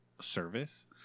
service